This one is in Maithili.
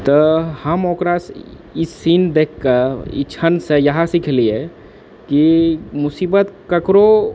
तऽ हम ओकरासँ ई सीन देखिके ई क्षणसँ इएह सिखलिऐ कि मुसीबत केकरो